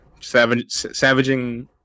savaging